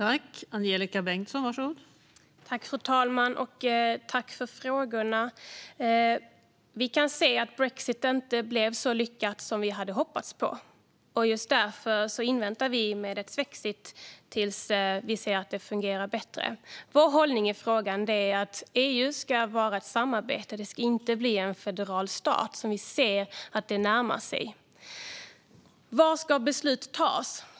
Fru talman! Jag tackar för frågorna. Vi kan se att brexit inte blev så lyckad som vi hade hoppats. Just därför väntar vi med en swexit tills vi ser att det fungerar bättre. Vår hållning i frågan är att EU ska vara ett samarbete. EU ska inte bli en federal stat, som vi ser närmar sig. Var ska beslut fattas?